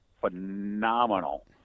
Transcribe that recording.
phenomenal